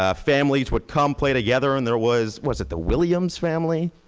ah families would come play together and there was was it the william's family?